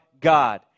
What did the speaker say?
God